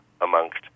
amongst